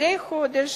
מדי חודש